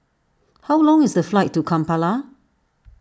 how long is the flight to Kampala